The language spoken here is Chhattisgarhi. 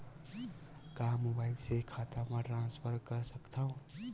का मोबाइल से खाता म ट्रान्सफर कर सकथव?